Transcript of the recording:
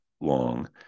long